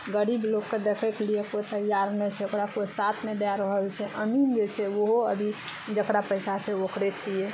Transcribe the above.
गरीब लोकके देखै के लिए कोइ तैयार नहि छै ओकरा कोइ साथ नहि दए रहल छै अमीम जे छै ओहो अभी जेकरा पैसा छै ओकरे छियै